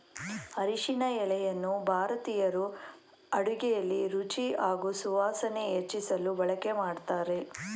ಅರಿಶಿನ ಎಲೆಯನ್ನು ಭಾರತೀಯರು ಅಡುಗೆಲಿ ರುಚಿ ಹಾಗೂ ಸುವಾಸನೆ ಹೆಚ್ಚಿಸಲು ಬಳಕೆ ಮಾಡ್ತಾರೆ